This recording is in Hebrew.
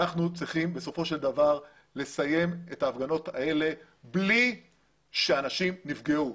ואנחנו בסופו של דבר צריכים לסיים את ההפגנות האלה בלי שאנשים נפגעו,